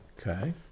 Okay